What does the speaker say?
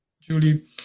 Julie